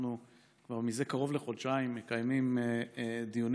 אנחנו כבר זה קרוב לחודשיים מקיימים דיונים